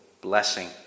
blessing